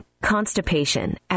Constipation